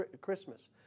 Christmas